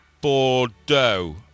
Bordeaux